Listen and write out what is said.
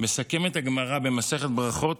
מסכמת הגמרא במסכת ברכות